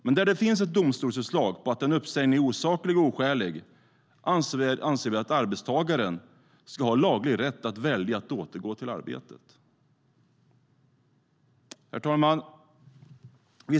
Men där det finns ett domstolsutslag på att en uppsägning är osaklig och oskälig anser vi att arbetstagaren ska ha laglig rätt att välja att återgå till arbetet. Herr talman!